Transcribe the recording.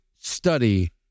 study